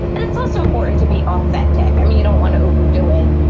and it's also important to be authentic. i mean, you don't want to overdo it,